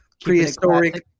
prehistoric